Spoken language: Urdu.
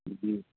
جی